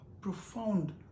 profound